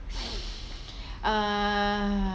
uh